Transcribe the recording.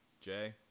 Jay